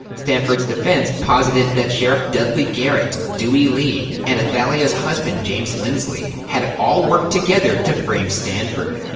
stanford's defense posited that sheriff dudley garrett, dewey lee, and athalia's husband, james lindsley, had all worked together to frame stanford.